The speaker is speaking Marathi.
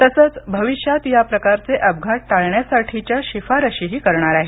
तसंच भविष्यात या प्रकारचे अपघात टाळण्यासाठीच्या शिफारशीही करणार आहे